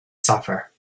suffer